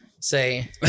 say